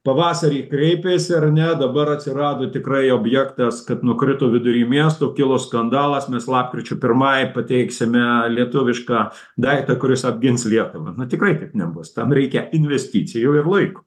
pavasarį kreipėsi ar ne dabar atsirado tikrai objektas kad nukrito vidury miesto kilo skandalas mes lapkričio pirmai pateiksime lietuvišką daiktą kuris apgins lietuvą na tikrai taip nebus tam reikia investicijų ir laiko